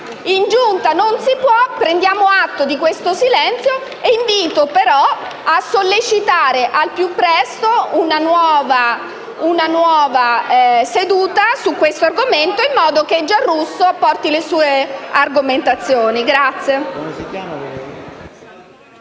In Giunta non si può e quindi prendiamo atto di questo silenzio e invito a sollecitare al più presto una nuova seduta su questo argomento in modo che il senatore Giarrusso porti le sue argomentazioni.